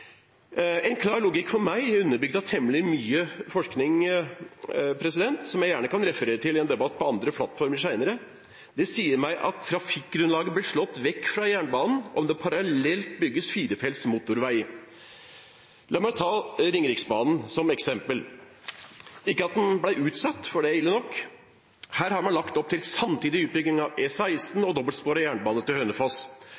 En klar logikk for meg underbygd av temmelig mye forskning, som jeg gjerne kan referere til i en debatt på andre plattformer senere, sier meg at trafikkgrunnlaget blir slått vekk fra jernbanen om det parallelt bygges firefelts motorvei. La meg ta Ringeriksbanen som eksempel – ikke det at den ble utsatt, for det er ille nok. Her har man lagt opp til samtidig utbygging av